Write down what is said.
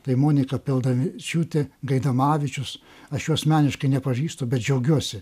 tai monika peldavičiūtė gaidamavičius aš jų asmeniškai nepažįstu bet džiaugiuosi